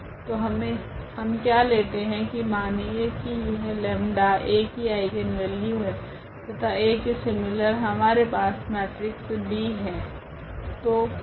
तो हम क्या लेते है की मानिए की यह 𝜆 A की आइगनवेल्यू है तथा A के सीमिलर हमारे पास मेट्रिक्स B है